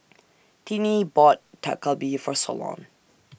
Tinnie bought Dak Galbi For Solon